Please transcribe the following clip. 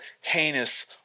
heinous